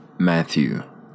Matthew